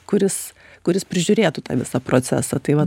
kuris kuris prižiūrėtų tą visą procesą tai va